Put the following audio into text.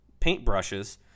paintbrushes